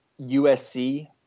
USC